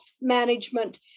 Management